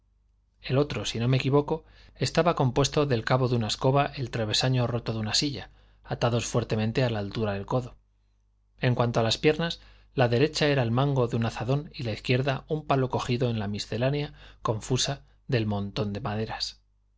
el otro si no me equivoco estaba compuesto del cabo de una escoba el travesaño roto de una silla atados fuertemente a la altura del codo en cuanto a las piernas la derecha era el mango de un azadón y la izquierda un palo cogido en la miscelánea confusa del montón de maderas